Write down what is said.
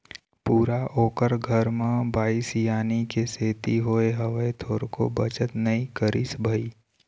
पूरा ओखर घर म बाई सियानी के सेती होय हवय, थोरको बचत नई करिस भई